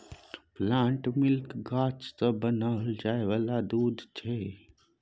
plant milk गाछ सँ बनाओल जाय वाला दूध छै